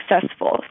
successful